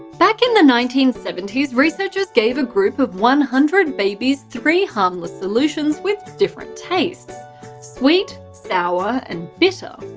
back in the nineteen seventy s, researchers gave a group of one hundred babies three harmless solutions with different tastes sweet, sour and bitter.